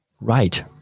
Right